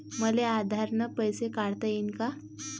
मले आधार न पैसे काढता येईन का?